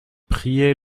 prier